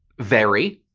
very!